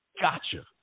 Gotcha